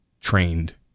trained